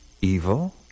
Evil